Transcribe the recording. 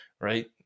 right